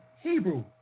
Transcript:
hebrew